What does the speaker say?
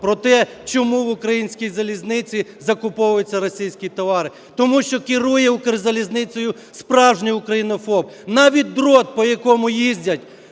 про те, чому в українській залізницізакуповуються російські товари. Тому що керує "Укрзалізницею" справжній українофоб. Навіть дріт, по якому їздять